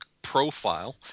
profile